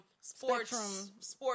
sports